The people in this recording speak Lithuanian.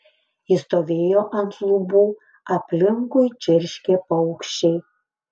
ji stovėjo ant lubų aplinkui čirškė paukščiai